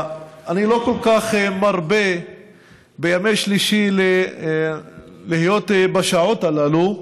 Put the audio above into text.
אני לא כל כך מרבה להיות בימי שלישי בשעות הללו,